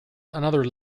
another